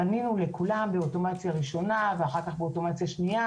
פנינו לכולם באוטומציה ראשונה ואחר כך באוטומציה שנייה